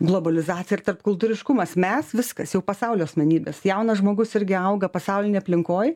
globalizacija ir tarpkultūriškumas mes viskas jau pasaulio asmenybės jaunas žmogus irgi auga pasaulinėj aplinkoj